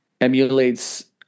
emulates